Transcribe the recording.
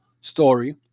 story